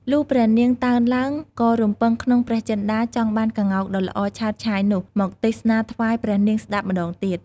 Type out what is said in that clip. លុះព្រះនាងតើនឡើង ក៏រំពឹងក្នុងព្រះចិន្ដាចង់បានក្ងោកដ៏ល្អឆើតឆាយនោះ មកទេសនាថ្វាយព្រះនាងស្ដាប់ម្ដងទៀត។